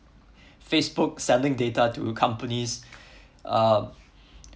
facebook selling data to companies uh